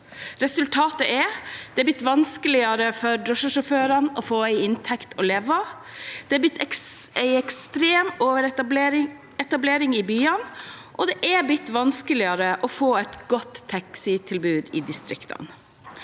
Resultatet er at det er blitt vanskeligere for drosjesjåførene å få en inntekt å leve av, det er blitt en ekstrem overetablering i byene, og det er blitt vanskeligere å få et godt taxi-tilbud i distrikt